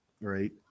right